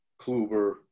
Kluber